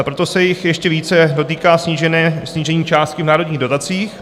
Proto se jich ještě více dotýká snížení částky v národních dotacích.